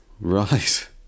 right